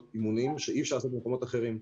אימונים שאי אפשר לעשות במקומות אחרים.